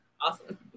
awesome